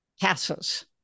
passes